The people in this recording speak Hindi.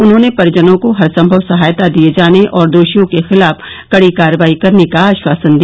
उन्होंने परिजनों को हरसंभव सहायता दिये जाने और दोषियों के खिलाफ कड़ी कार्रवाई करने का आश्वासन दिया